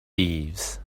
thieves